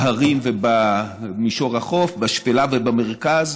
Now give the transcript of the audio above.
בהרים ובמישור החוף, בשפלה ובמרכז,